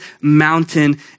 mountain